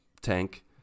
tank